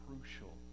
crucial